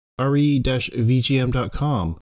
re-vgm.com